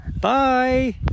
Bye